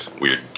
weird